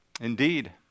Indeed